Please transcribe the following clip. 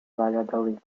valladolid